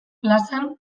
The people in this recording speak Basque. plazan